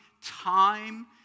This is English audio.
time